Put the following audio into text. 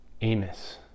Amos